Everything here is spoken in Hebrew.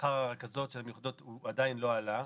שכר הרכזות עדיין לא עלה.